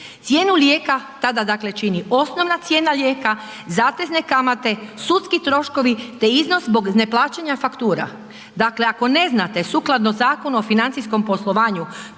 Cijenu lijeka tada čini osnovna cijena lijeka, zatezne kamate, sudski troškovi te iznos zbog neplaćanja faktura. Dakle, ako ne znate sukladno Zakonu o financijskom poslovanju